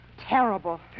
Terrible